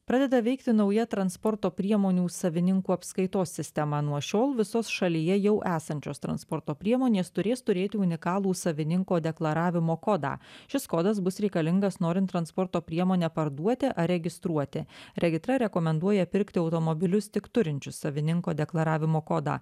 pradeda veikti nauja transporto priemonių savininkų apskaitos sistema nuo šiol visos šalyje jau esančios transporto priemonės turės turėti unikalų savininko deklaravimo kodą šis kodas bus reikalingas norint transporto priemonę parduoti ar registruoti regitra rekomenduoja pirkti automobilius tik turinčius savininko deklaravimo kodą